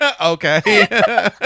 Okay